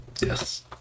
Yes